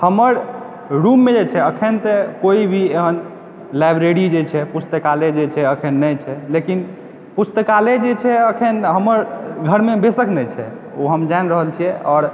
हमर रूममे जे छै अखन तऽ कोइ भी एहन लाइब्रेरी जे छै पुस्तकालय जे छै अखन नहि छै लेकिन पुस्तकालय जे छै अखन हमर घरमे बेशक नहि छै ओ हम जानि रहल छियै आओर